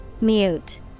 Mute